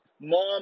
mom